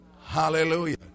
Hallelujah